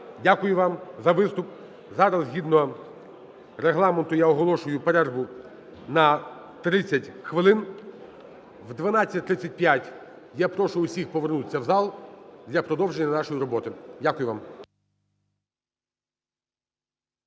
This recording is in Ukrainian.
дякую вам за виступ. Зараз згідно Регламенту я оголошую перерву на 30 хвилин. О 12:35 я прошу всіх повернутися в зал для продовження нашої роботи. Дякую вам.